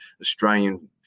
Australian